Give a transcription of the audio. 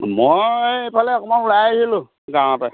মই এইফালে অকণমান ওলাই আহিছিলোঁ গাঁৱতে